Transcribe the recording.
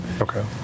Okay